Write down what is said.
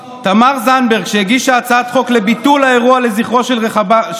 פשוט לא נכון.